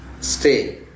stay